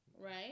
Right